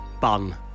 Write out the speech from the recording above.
Bun